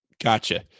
Gotcha